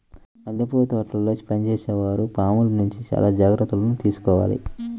మల్లెపూల తోటల్లో పనిచేసే వారు పాముల నుంచి చాలా జాగ్రత్తలు తీసుకోవాలి